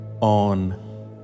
on